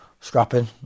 scrapping